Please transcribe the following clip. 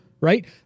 right